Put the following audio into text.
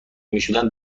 میشدند